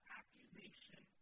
accusation